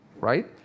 right